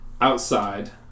outside